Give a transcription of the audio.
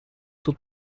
тут